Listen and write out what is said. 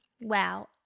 wow